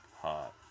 hot